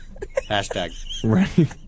Hashtag